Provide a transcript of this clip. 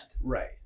Right